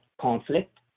conflict